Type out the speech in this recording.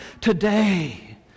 today